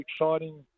exciting